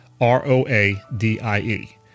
R-O-A-D-I-E